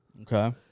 Okay